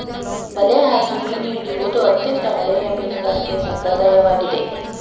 ಬಲೆ ಹಾಕಿ ಮೀನು ಹಿಡಿಯುವುದು ಅತ್ಯಂತ ಹಳೆಯ ಮೀನುಗಾರಿಕೆ ಸಂಪ್ರದಾಯವಾಗಿದೆ